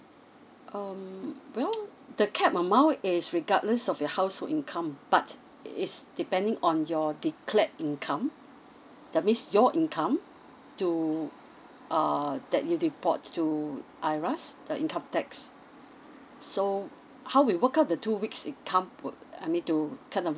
um well the cap amount is regardless of your household income but it's depending on your declared income that means your income to uh that you report to I_R_A_S the income tax so how we work out the two weeks it come with err I mean to kind of